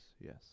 yes